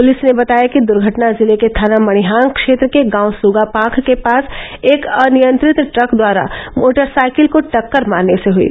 police ने बताया कि दुर्घटना जिले के थाना मड़िहान क्षेत्र के गांव सूगापांख के पास एक अनियंत्रित ट्रक द्वारा मोटरसाइकिल को टक्कर मारने से हयी